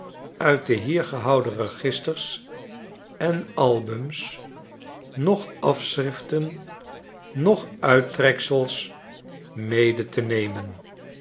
uit de hier gehouden registers en albums noch afschriften noch uittreksels mede te nemen